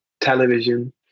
television